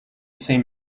same